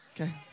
Okay